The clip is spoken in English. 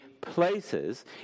places